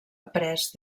après